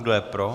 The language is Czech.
Kdo je pro?